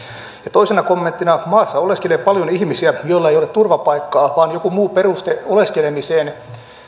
toisena kommenttina maassa oleskelee paljon ihmisiä joilla ei ole turvapaikkaa vaan joku muu peruste oleskelemiseen